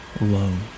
alone